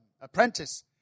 apprentice